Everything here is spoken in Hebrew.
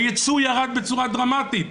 היצוא ירד בצורה דרמטית,